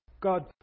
God